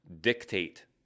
dictate